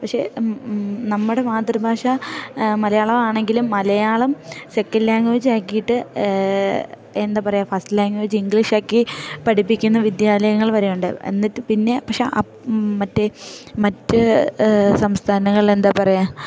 പക്ഷെ നമ്മുടെ മാതൃഭാഷ മലയാളം ആണെങ്കിലും മലയാളം സെക്കൻഡ് ലാംഗ്വേജ് ആക്കിയിട്ട് എന്താ പറയുക ഫസ്റ്റ് ലാംഗ്വേജ് ഇംഗ്ലീഷാക്കി പഠിപ്പിക്കുന്ന വിദ്യാലയങ്ങൾ വരെ ഉണ്ട് എന്നിട്ട് പിന്നെ പക്ഷെ മറ്റേ മറ്റ് സംസ്ഥാനങ്ങൾലെന്താ പറയുക